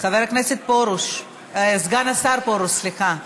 חבר הכנסת פרוש, סגן השר פרוש, סליחה.